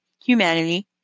humanity